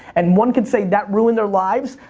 and one could say that ruined their lives,